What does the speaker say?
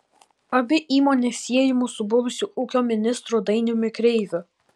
abi įmonės siejamos su buvusiu ūkio ministru dainiumi kreiviu